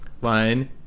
One